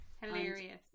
hilarious